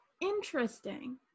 interesting